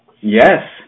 Yes